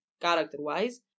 character-wise